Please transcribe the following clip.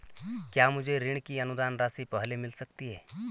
क्या मुझे ऋण की अनुदान राशि पहले मिल सकती है?